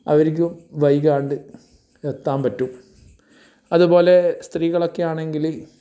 അവർക്കും വൈകാതെ എത്താൻ പറ്റും അതു പോലെ സ്ത്രീകളൊക്കെയാണെങ്കിൽ